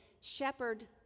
shepherd